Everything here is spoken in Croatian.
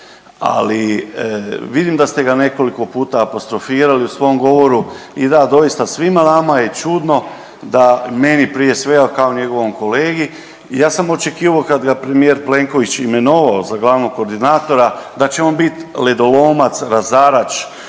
ali vidim da ste ga nekoliko puta apostrofirali u svom govoru i da, doista svima nama je čudno da, meni prije svega kao njegovom kolegi, ja sam očekivao kad ga je premijer Plenković imenovao za glavnog koordinatora da će on bit ledolomac, razarač,